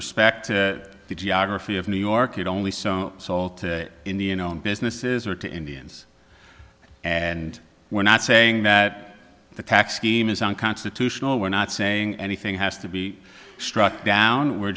respect to the geography of new york it only so sold to indian own businesses or to indians and we're not saying that the tax scheme is unconstitutional we're not saying anything has to be struck down we're